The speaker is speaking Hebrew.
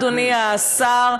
אדוני השר,